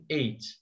eight